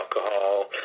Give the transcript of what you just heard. alcohol